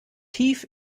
tief